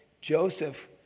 Joseph